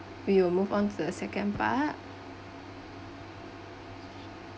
we will move on to the second part